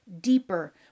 deeper